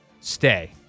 Stay